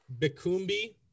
Bikumbi